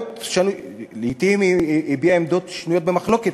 לעתים הביעה עמדות שנויות במחלוקת,